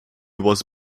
was